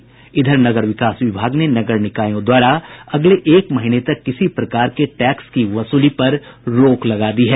इधर नगर विकास विभाग ने नगर निकायों द्वारा अगले एक महीने तक किसी प्रकार के टैक्स के वसूली पर रोक लगा दी है